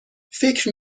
فکر